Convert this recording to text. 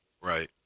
Right